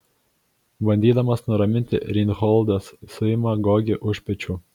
bandydamas nuraminti reinholdas suima gogį už pečių